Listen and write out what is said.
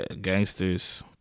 gangsters